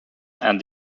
and